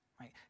Right